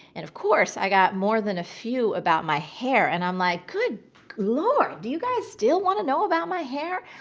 and of course i got more than a few about my hair and i'm like, good lord, do you guys still want to know about my hair?